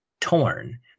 torn